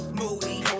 moody